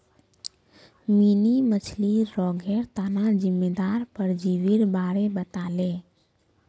mini मछ्लीर रोगेर तना जिम्मेदार परजीवीर बारे बताले